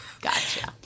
Gotcha